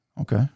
Okay